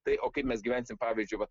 tai o kaip mes gyvensim pavyzdžiui vat